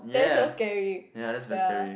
yeah yeah that's very scary